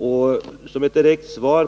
På